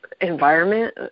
environment